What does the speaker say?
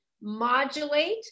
modulate